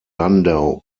landau